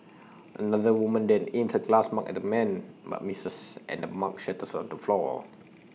another woman then aims A glass mug at the man but misses and the mug shatters on the floor